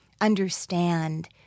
understand